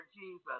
Jesus